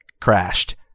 crashed